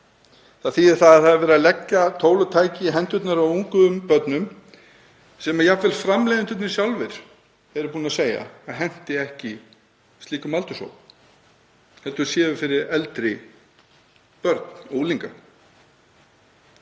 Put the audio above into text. Það þýðir að það er verið að leggja tól og tæki í hendurnar á ungum börnum sem jafnvel framleiðendurnir sjálfir eru búnir að segja að henti ekki þeim aldurshópi heldur séu fyrir eldri börn og unglinga.